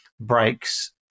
breaks